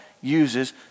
uses